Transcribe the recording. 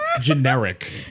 Generic